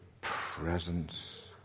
presence